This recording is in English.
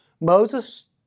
Moses